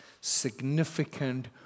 significant